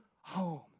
home